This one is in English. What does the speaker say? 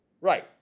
right